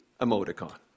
emoticon